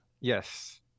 Yes